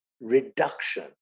reduction